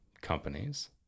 companies